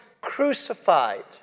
crucified